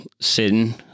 sitting